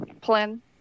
Plan